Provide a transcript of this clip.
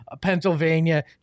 Pennsylvania